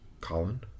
Colin